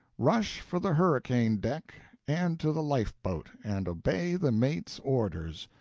rush for the hurricane-deck and to the life-boat, and obey the mate's orders.